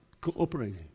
cooperating